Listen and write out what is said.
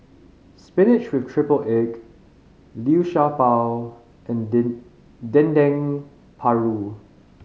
spinach with triple egg Liu Sha Bao and Dendeng Paru